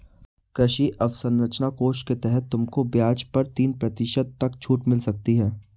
कृषि अवसरंचना कोष के तहत तुमको ब्याज पर तीन प्रतिशत तक छूट मिल सकती है